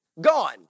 gone